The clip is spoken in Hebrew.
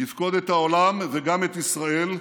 יפקוד את העולם וגם את ישראל,